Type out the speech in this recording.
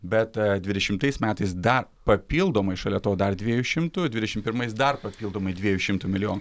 bet dvidešimtais metais dar papildomai šalia to dar dviejų šimtų dvidešim pirmais dar papildomai dviejų šimtų milijonų